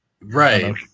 Right